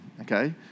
Okay